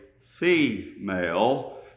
female